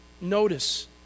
Notice